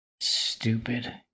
Stupid